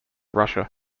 russia